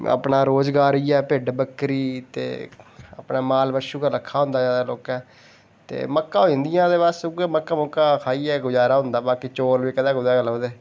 अपना रोजगार इ'यै भिड्ड बकरी ते अपने माल बच्छु गै रक्खे दा होंदा जादा लोकें ते मक्कां होई जंदियां ते बस उ'ऐ मक्कां खाइयै गुजारा होंदा बाकी चौल बी कदें कुदै लभदे